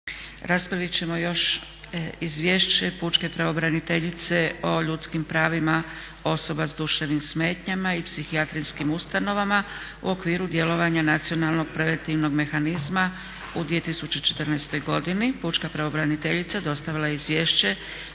Prihvaća se Izvješće pučke pravobraniteljice s ljudskim pravima osoba sa duševnim smetnjama u psihijatrijskim ustanovama u okviru djelovanja nacionalnog preventivnog mehanizma u 2014. godini. Molim glasujte